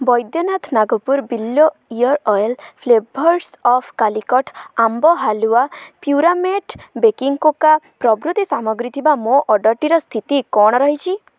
ବୈଦ୍ୟନାଥ ନାଗପୁର ବିଲ୍ୱ ear oil flavours of Calicut ଆମ୍ବ ହାଲୁଆ ପ୍ୟୁରାମେଟ୍ ବେକିଂ କୋକା ପ୍ରଭୃତି ସାମଗ୍ରୀ ଥିବା ମୋ ଅର୍ଡ଼ର୍ଟିର ସ୍ଥିତି କ'ଣ ରହିଛି